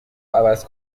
عوض